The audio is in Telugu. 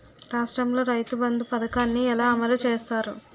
రాష్ట్రంలో రైతుబంధు పథకాన్ని ఎలా అమలు చేస్తారు?